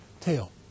tail